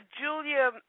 Julia